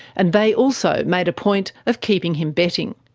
and they also made a point of keeping him betting.